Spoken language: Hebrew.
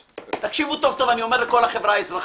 תקשיבו טוב אני אומר לכל החברה האזרחית.